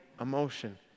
emotion